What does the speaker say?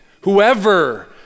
Whoever